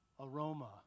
aroma